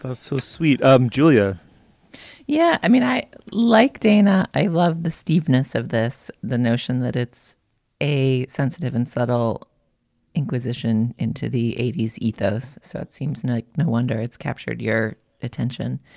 ah so sweet. um julia yeah, i mean, i like dana. i love the steepness of this, the notion that it's a sensitive and subtle inquisition into the eighty s ethos. so it seems like no wonder it's captured your attention.